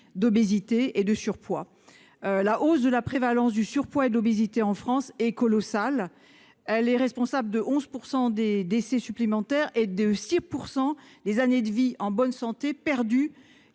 d'obésité et de surpoids ». La hausse de la prévalence du surpoids et de l'obésité en France est colossale. Elle est responsable de 11 % de décès supplémentaires et de 6 % des pertes d'années de vie en bonne santé, toutes